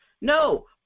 No